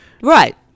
Right